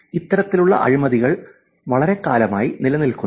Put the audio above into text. ഇത്തരത്തിലുള്ള അഴിമതികൾ വളരെക്കാലമായി നിലനിൽക്കുന്നു